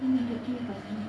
mm